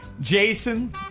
Jason